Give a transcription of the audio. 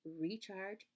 recharge